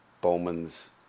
Bowman's